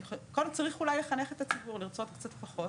צריך אולי לחנך את הציבור לרצות קצת פחות.